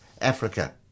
Africa